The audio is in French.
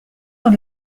dans